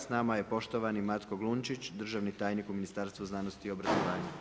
Sa nama je poštovani Matko Glunčić, državni tajnik u Ministarstvu znanosti i obrazovanja.